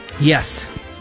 Yes